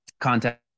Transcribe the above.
Contact